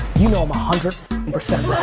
you know i'm a hundred percent